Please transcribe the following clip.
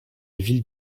ville